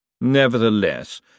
Nevertheless